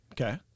Okay